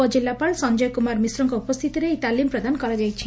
ଉପଜିଲ୍ଲାପାଳ ସଞ୍ ୟ କୁମାର ମିଶ୍ରଙ୍କ ଉପସ୍ଥିତିରେ ଏହି ତାଲିମ୍ ପ୍ରଦାନ କରାଯାଇଛି